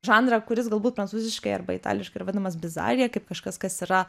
žanrą kuris galbūt prancūziškai arba itališkai ir vadinamas bizarija kaip kažkas kas yra